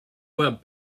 web